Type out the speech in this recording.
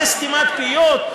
זה סתימת פיות?